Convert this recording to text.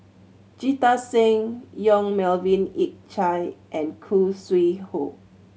Jita Singh Yong Melvin Yik Chye and Khoo Sui Hoe